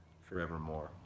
forevermore